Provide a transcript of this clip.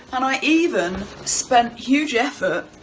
and i even spent huge effort